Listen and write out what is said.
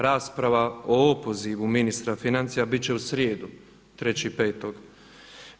Rasprava o opozivu ministra financija biti će u srijedu 3.5.